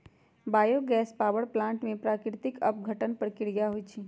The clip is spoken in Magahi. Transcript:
बायो गैस पावर प्लांट में प्राकृतिक अपघटन प्रक्रिया होइ छइ